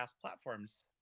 platforms